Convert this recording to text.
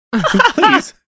Please